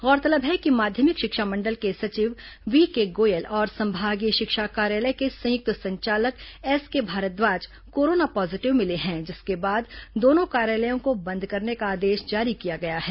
गौरतलब है कि माध्यमिक शिक्षा मंडल के सचिव व्हीके गोयल और संभागीय शिक्षा कार्यालय के संयुक्त संचालक एसके भारद्वाज कोरोना पॉजीटिव मिले हैं जिसके बाद दोनों कार्यालयों को बंद करने का आदेश जारी किया गया है